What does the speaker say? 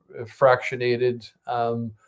fractionated